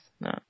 No